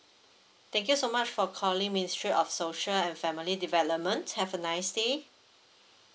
thank you so much for calling ministry of social and family developments have a nice day